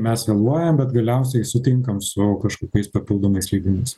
mes vėluojam bet galiausiai sutinkam su kažkokiais papildomais leidimais